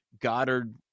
Goddard